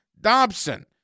Dobson